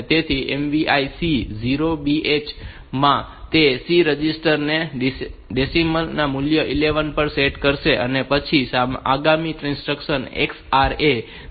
તેથી MVI C0BH માં તે C રજિસ્ટર ને ડેસીમલ મૂલ્ય 11 પર સેટ કરશે અને પછી આગામી ઇન્સ્ટ્રક્શન XRA છે